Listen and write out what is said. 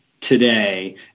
today